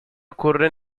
ocurre